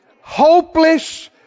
hopeless